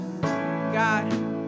God